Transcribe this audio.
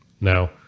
Now